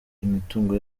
imitungo